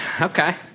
Okay